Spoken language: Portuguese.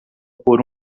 por